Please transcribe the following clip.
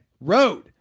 Road